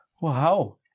Wow